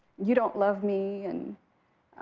you don't love me, and,